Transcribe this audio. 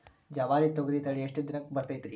ಜವಾರಿ ತೊಗರಿ ತಳಿ ಎಷ್ಟ ದಿನಕ್ಕ ಬರತೈತ್ರಿ?